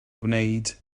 gwneud